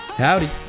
Howdy